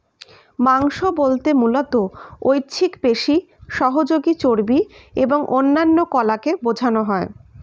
মাংস বলতে মূলত ঐচ্ছিক পেশি, সহযোগী চর্বি এবং অন্যান্য কলাকে বোঝানো হয়